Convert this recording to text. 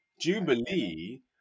Jubilee